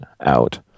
out